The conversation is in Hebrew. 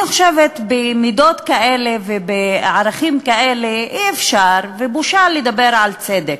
אני חושבת שבמידות כאלה ובערכים כאלה אי-אפשר ובושה לדבר על צדק,